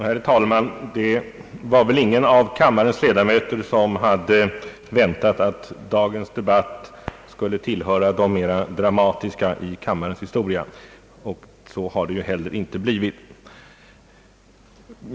Herr talman! Det var väl ingen av kammarens ledamöter som hade väntat att dagens debatt skulle tillhöra de mera dramatiska i kammarens historia, och så har heller inte blivit fallet.